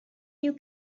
you